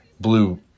blue